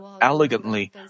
elegantly